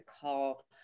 call